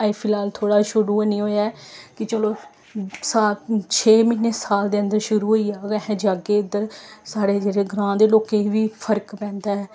अजें फिलहाल थोह्ड़ा शुरू निं होएआ ऐ कि चलो साल छे म्हीने साल दे अन्दर शुरू होई जाग अस जागे इद्धर साढ़े जेह्ड़े ग्रां दे लोकें गी बी फर्क पैंदा ऐ